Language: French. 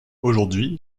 aujourd’hui